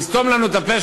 לסתום לנו את הפה,